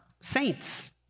saints